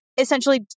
Essentially